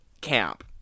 Camp